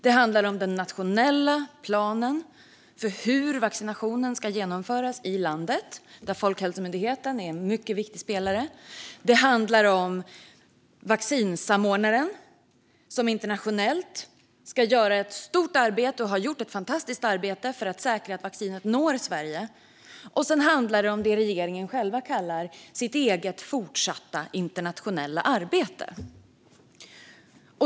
Det handlar om den nationella planen för hur vaccinationen ska genomföras i landet, där Folkhälsomyndigheten är en mycket viktig spelare. Det handlar om vaccinsamordnaren, som internationellt ska göra ett stort arbete - och som har gjort ett fantastiskt arbete - för att säkra att vaccinet når Sverige. Det handlar också om det regeringen själv kallar sitt eget fortsatta internationella arbete.